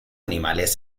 animales